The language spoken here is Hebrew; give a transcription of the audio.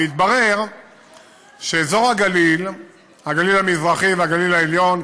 התברר שאזור הגליל המזרחי והגליל העליון,